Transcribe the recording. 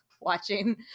watching